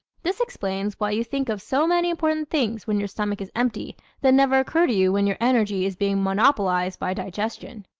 this explains why you think of so many important things when your stomach is empty that never occur to you when your energy is being monopolized by digestion.